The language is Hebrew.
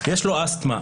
יש לו אסתמה.